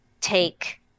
take